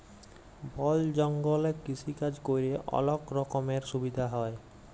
বল জঙ্গলে কৃষিকাজ ক্যরে অলক রকমের সুবিধা হ্যয়